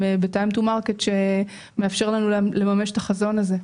בזמן שמאפשר לנו לממש את החזון הזה.